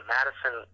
Madison